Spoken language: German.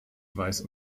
weiß